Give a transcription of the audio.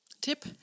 Tip